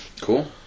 Cool